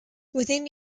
within